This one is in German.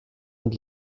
und